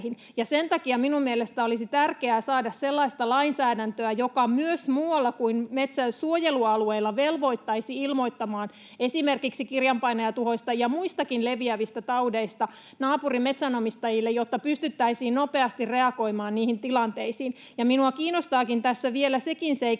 mielestäni olisi tärkeää saada sellaista lainsäädäntöä, joka myös muualla kuin metsänsuojelualueilla velvoittaisi ilmoittamaan esimerkiksi kirjanpainajatuhoista ja muistakin leviävistä taudeista naapurin metsänomistajille, jotta pystyttäisiin nopeasti reagoimaan niihin tilanteisiin. Ja minua kiinnostaakin tässä vielä sekin